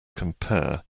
compare